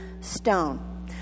stone